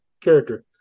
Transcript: character